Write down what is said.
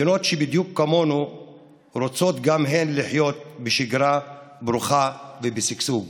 מדינות שבדיוק כמונו רוצות גם הן לחיות בשגרה ברוכה ובשגשוג.